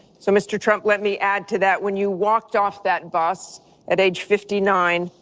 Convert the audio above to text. so mr. trump, let me add to that, when you walked off that bus at age fifty nine,